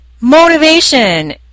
Motivation